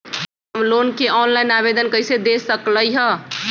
हम लोन के ऑनलाइन आवेदन कईसे दे सकलई ह?